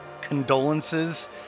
condolences